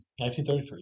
1933